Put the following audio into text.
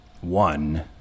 one